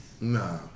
Nah